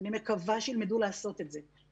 אני מקווה שילמדו לעשות את זה.